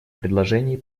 предложений